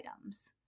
items